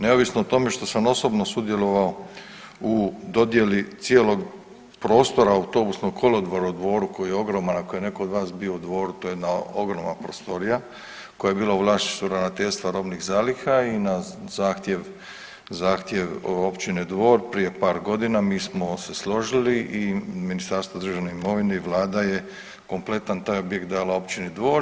Neovisno o tome što sam osobno sudjelovao u dodjeli cijelog prostora autobusnog kolodvora u Dvoru koji je ogroman, ako je netko od vas bio u Dvoru to je jedna ogromna prostorija koja je bila u vlasništvu Ravnateljstva robnih zaliha i na zahtjev općine Dvor prije par godina mi smo se složili i Ministarstvo državne imovine i Vlada je kompletan taj objekt dala općini Dvor.